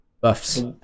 buffs